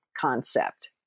concept